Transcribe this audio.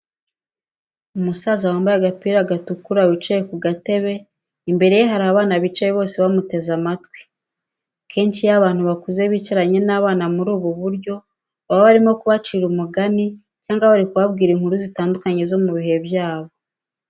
Umusaza wambaye agapira gatukura wicaye ku gatebe, imbere ye hari abana bicaye bose bamuteze amatwi. Kenshi iyo abantu bakuze bicaranye n'abana muri ubu buryo baba bari kubacira umugani cyangwa bari kubabwira inkuru zitandukanye zo mu bihe byabo.